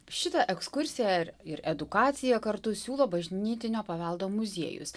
šitą ekskursiją ir ir edukaciją kartu siūlo bažnytinio paveldo muziejus